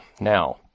Now